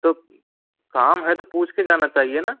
तो काम है तो पूछ के जाना चाहिए ना